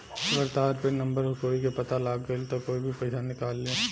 अगर तहार pin number कोई के पता लाग गइल त कोई भी पइसा निकाल ली